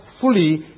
fully